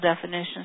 definitions